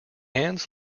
ants